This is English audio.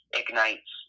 ignites